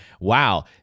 wow